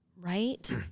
Right